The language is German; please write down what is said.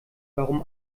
warum